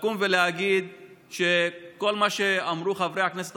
לקום ולהגיד שכל מה שאמרו חברי הכנסת